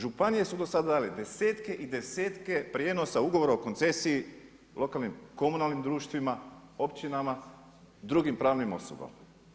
Županije su do sada dale desetke i desetke prijenosa ugovora o koncesiji lokalnim komunalnim društvima, općinama, drugim pravnim osobama.